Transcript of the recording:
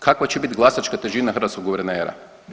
Kakva će biti glasačka težina hrvatskog guvernera?